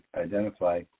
identify